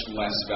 less